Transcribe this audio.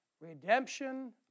redemption